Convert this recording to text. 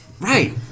Right